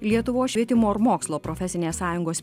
lietuvos švietimo ir mokslo profesinės sąjungos